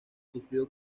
sufrió